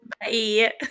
Bye